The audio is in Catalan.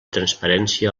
transparència